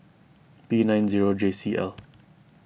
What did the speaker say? P nine zero J C L